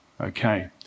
Okay